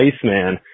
Iceman